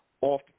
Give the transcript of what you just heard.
off